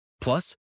plus